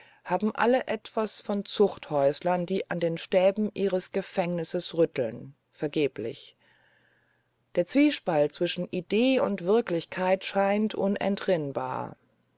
haben alle etwas von zuchthäuslern die an den stäben ihres gefängnisses rütteln vergeblich der zwiespalt zwischen idee und wirklichkeit scheint unentrinnbar